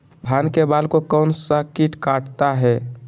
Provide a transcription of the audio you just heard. धान के बाल को कौन सा किट काटता है?